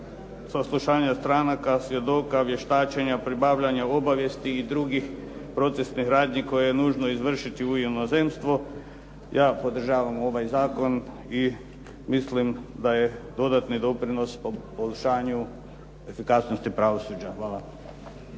saslušanja stranaka, svjedoka, vještačenja, pribavljanja obavijesti i drugih procesnih radnji koje je nužno izvršiti u inozemstvu, ja podržavam ovaj zakon i mislim da je dodatni doprinos poboljšanju efikasnosti pravosuđa. Hvala.